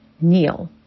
Kneel